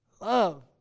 love